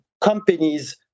companies